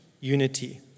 unity